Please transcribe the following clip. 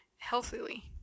healthily